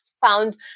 found